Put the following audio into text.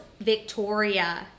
Victoria